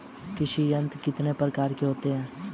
कृषि यंत्र कितने प्रकार के होते हैं?